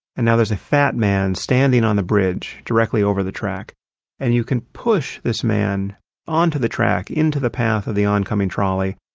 and now there's a fat man standing on the bridge directly over the track and you can push this man onto the track into the path of the oncoming trolley,